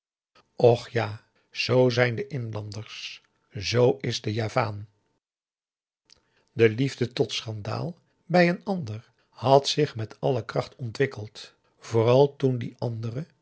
och ja zoo zijn de inlanders zoo is de javaan de liefde tot schandaal bij een ander had zich met alle kracht ontwikkeld vooral toen die andere